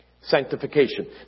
sanctification